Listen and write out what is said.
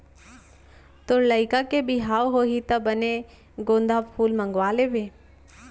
तोर लइका के बिहाव होही त बने गोंदा फूल मंगवा लेबे